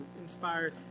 inspired